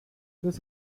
this